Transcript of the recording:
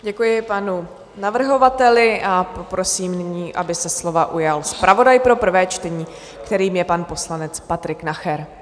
Děkuji panu navrhovateli a poprosím nyní, aby se slova ujal zpravodaj pro prvé čtení, kterým je pan poslanec Patrik Nacher.